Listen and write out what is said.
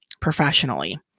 professionally